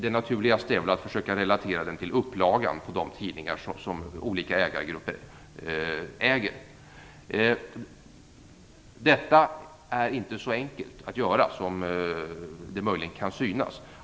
Det naturligaste är väl att försöka relatera den till upplagan på de tidningar som olika ägargrupper äger. Detta är inte så enkelt att göra som det möjligen kan synas.